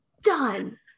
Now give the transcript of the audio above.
done